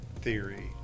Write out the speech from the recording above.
theory